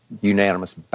unanimous